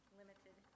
limited